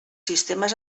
sistemes